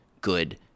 good